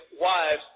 wives